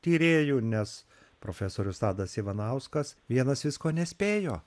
tyrėjų nes profesorius tadas ivanauskas vienas visko nespėjo